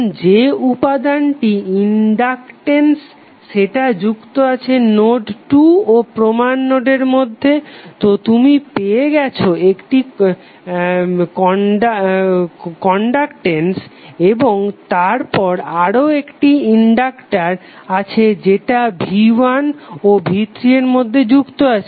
এখন যে উপাদানটি ইনডাকটেন্স সেটা যুক্ত আছে নোড 2 ও প্রমাণ নোডের মধ্যে তো তুমি পেয়ে গেছো এই কনডাকটেন্সটি এবং তারপর আরও একটি ইনডাক্টার আছে যেটা v1 ও v3 এর মধ্যে যুক্ত